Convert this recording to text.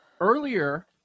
Earlier